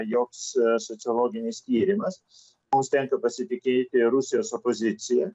joks sociologinis tyrimas mums tenka pasitikėti rusijos opozicija